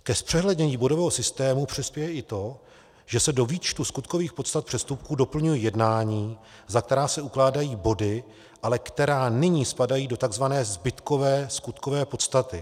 Ke zpřehlednění bodového systému přispěje i to, že se do výčtu skutkových podstat přestupků doplňují jednání, za která se ukládají body, ale která nyní spadají do tzv. zbytkové skutkové podstaty.